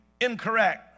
incorrect